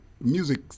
music